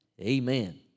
Amen